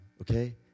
okay